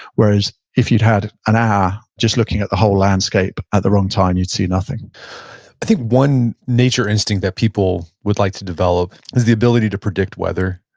whereas if you'd had an hour just looking at the whole landscape at the wrong time, you'd see nothing i think one nature instinct that people would like to develop is the ability to predict weather.